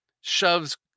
shoves